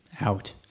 out